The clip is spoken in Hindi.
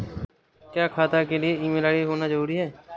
क्या खाता के लिए ईमेल आई.डी होना जरूरी है?